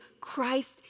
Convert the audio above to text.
Christ